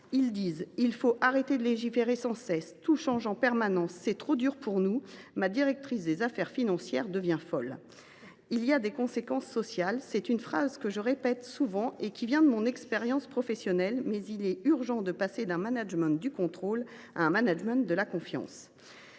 Elles disent :« Il faut arrêter de légiférer sans cesse, tout change en permanence, c’est trop dur pour nous. Ma directrice des affaires financières devient folle !» Il faut relever ces conséquences sociales. Je répète souvent cette phrase qui m’a été inspirée par mon expérience professionnelle : il est urgent de passer d’un management du contrôle à un management de la confiance.